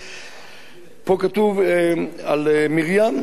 פה כתוב על מרים שהצטרעה,